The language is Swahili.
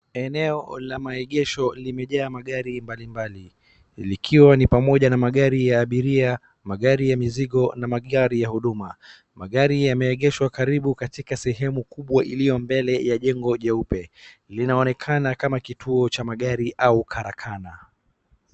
Eneo la maegesho limejaa magari mbalimbali likiwa ni pamoja na magari ya abiria magari ya mizigo na magari ya huduma. Magari yameegeshwa karibu katika sehemu kubwa iliyo mbele ya jengo jeupe. Linaonekana kama kituo cha gari au karakana.